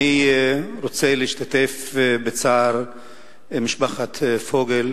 אני רוצה להשתתף בצער משפחת פוגל.